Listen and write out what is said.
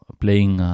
playing